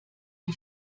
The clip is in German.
die